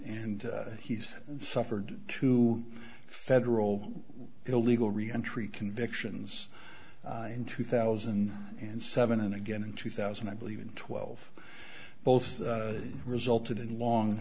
and he's suffered two federal illegal reentry convictions in two thousand and seven and again in two thousand i believe and twelve both resulted in long